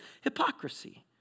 hypocrisy